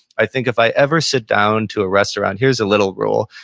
i think if i ever sit down to a restaurant, here's a little rule,